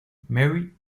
mary